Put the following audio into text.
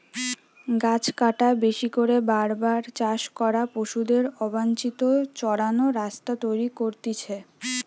গাছ কাটা, বেশি করে বার বার চাষ করা, পশুদের অবাঞ্চিত চরান রাস্তা তৈরী করতিছে